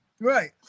Right